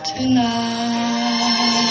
Tonight